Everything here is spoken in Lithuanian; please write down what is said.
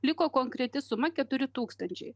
liko konkreti suma keturi tūkstančiai